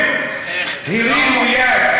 אם הרימו יד,